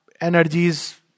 energies